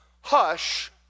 hush